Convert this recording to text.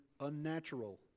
unnatural